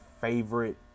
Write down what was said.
favorite